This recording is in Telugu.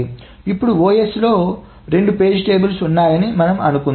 ఇప్పుడు OS లో రెండు పేజీల పట్టికలు ఉన్నాయని మనం అనుకుందాము